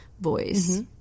voice